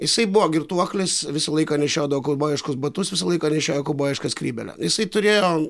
jisai buvo girtuoklis visą laiką nešiodavo kaubojiškus batus visą laiką nešiojo kaubojišką skrybėlę jisai turėjo